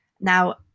Now